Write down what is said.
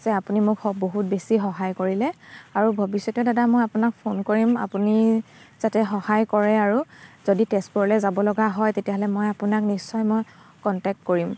যে আপুনি মোক হ বহুত বেছি সহায় কৰিলে আৰু ভৱিষ্যতে দাদা মই আপোনাক ফোন কৰিম আপুনি যাতে সহায় কৰে আৰু যদি তেজপুৰলৈ যাব লগা হয় তেতিয়াহ'লে মই আপোনাক নিশ্চয় মই কণ্টেক্ট কৰিম